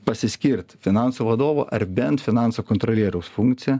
pasiskirt finansų vadovo ar bent finansų kontrolieriaus funkciją